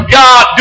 god